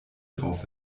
drauf